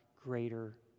greater